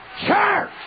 church